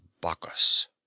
Bacchus